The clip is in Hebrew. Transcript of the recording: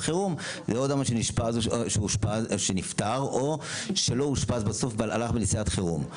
לאדם שנפטר או שלא אושפז בסוף והלך בנסיעת חירום.